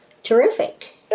Terrific